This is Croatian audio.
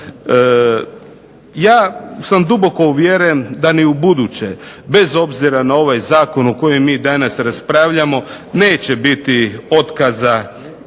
Ja sam duboko uvjeren da ni ubuduće bez obzira i na ovaj zakon o kojem mi danas raspravljamo neće biti otkaza,